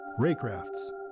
Raycraft's